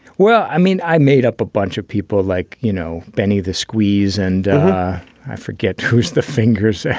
well, i mean, i made up a bunch of people like, you know, benny the squeeze and i forget who's the fingers. ah